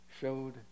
showed